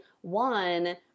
one